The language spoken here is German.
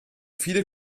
viele